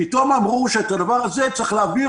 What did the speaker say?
פתאום אמרו שאת הדבר הזה צריך להעביר